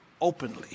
openly